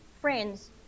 friends